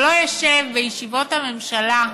שלא ישב בישיבות הממשלה,